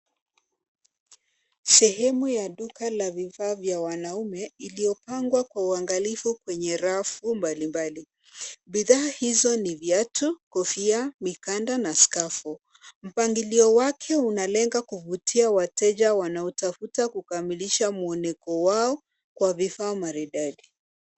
Sehemu ya duka la vifaa vya wanaume iliyopangwa kwa uangalifu kwenye rafu mbali mbali. Bidhaa hizo ni viatu, kofia, mikanda na skafu. Mpangilio wake unalenga kuvututia wateja wanaotafuta kukamilisha mwoneko wao kwa vifaa maridadi.